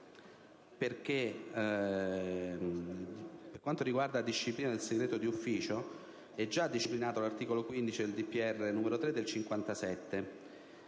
Grazie,